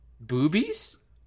Boobies